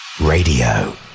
Radio